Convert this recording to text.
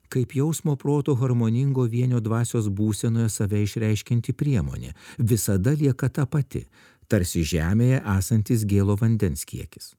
kaip jausmo proto harmoningo vienio dvasios būsenoje save išreiškianti priemonė visada lieka ta pati tarsi žemėje esantis gėlo vandens kiekis